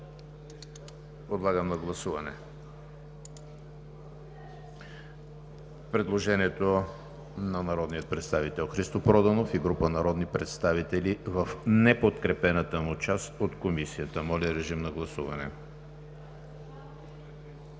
Подлагам на гласуване предложението на народния представител Христо Проданов и група народни представители в неподкрепената му част от Комисията. Гласували